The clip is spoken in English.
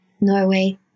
Norway